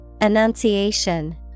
Annunciation